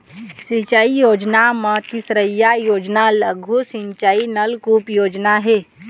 सिंचई योजना म तीसरइया योजना लघु सिंचई नलकुप योजना हे